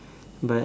but